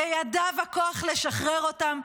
בידיו הכוח לשחרר אותם,